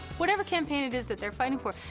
whatever campaign it is that they're fighting for,